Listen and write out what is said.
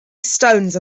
stones